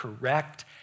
correct